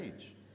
age